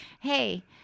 Hey